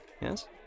yes